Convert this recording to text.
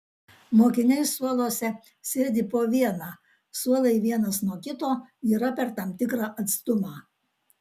mokiniai suoluose sėdi po vieną suolai vienas nuo kito yra per tam tikrą atstumą